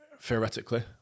theoretically